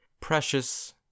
precious